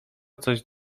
coś